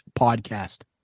podcast